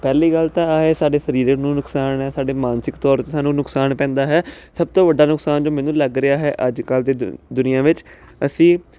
ਪਹਿਲੀ ਗੱਲ ਤਾਂ ਇਹ ਸਾਡੇ ਸਰੀਰ ਨੂੰ ਨੁਕਸਾਨ ਹ ਸਾਡੇ ਮਾਨਸਿਕ ਤੌਰ ਤੇ ਸਾਨੂੰ ਨੁਕਸਾਨ ਪੈਂਦਾ ਹੈ ਸਭ ਤੋਂ ਵੱਡਾ ਨੁਕਸਾਨ ਜੋ ਮੈਨੂੰ ਲੱਗ ਰਿਹਾ ਹੈ ਅੱਜ ਕੱਲ ਦੇ ਦੁਨੀਆ ਵਿੱਚ ਅਸੀਂ